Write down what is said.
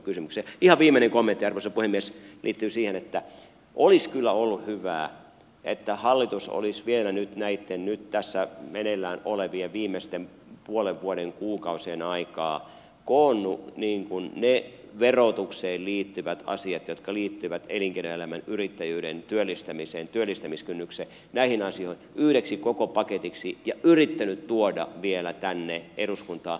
ihan viimeinen kommentti arvoisa puhemies liittyy siihen että olisi kyllä ollut hyvä että hallitus olisi vielä nyt näitten tässä meneillään olevien viimeisen puolen vuoden viimeisten kuukausien aikaan koonnut ne verotukseen liittyvät asiat jotka liittyvät elinkeinoelämään yrittäjyyteen työllistämiseen työllistämiskynnykseen näihin asioihin yhdeksi koko paketiksi ja yrittänyt tuoda vielä tänne eduskuntaan